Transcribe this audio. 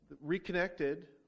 Reconnected